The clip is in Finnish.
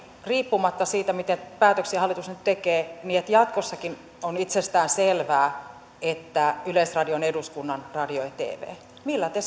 riippumatta siitä miten hallitus nyt tekee päätöksiä on itsestään selvää että yleisradio on eduskunnan radio ja tv millä te sen